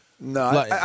no